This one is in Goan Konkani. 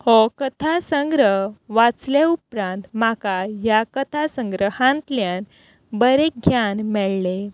हो कथा संग्रह वाचले उपरांत म्हाका ह्या कथा संग्रहांतल्यान बरें ज्ञान मेळ्ळें